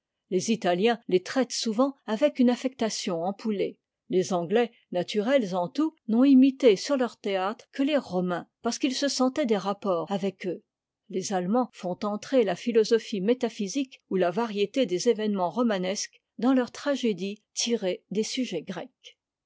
les italiens les traitent souvent avec une affectation ampoulée les anglais naturels en tout n'ont imité sur leur théâtre que les romains parce qu'ils se sentaient des rapports avec eux les allemands font entrer la philosophie métaphysique ou la variété des événements romanesques dans leurs tragédies tirées des sujets grecs